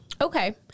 Okay